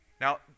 Now